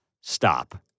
Stop